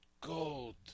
Gold